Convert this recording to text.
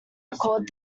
record